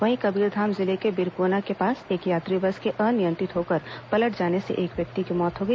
वहीं कबीरधाम जिले में बिरकोना के पास एक यात्री बस के अनियंत्रित होकर पलट जाने से एक व्यक्ति की मौत हो गई